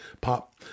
Pop